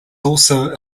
also